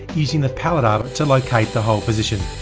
using the pallet arbor to locate the hole position.